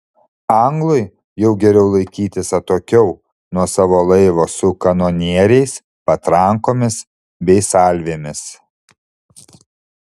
anglui jau geriau laikytis atokiau nuo savo laivo su kanonieriais patrankomis bei salvėmis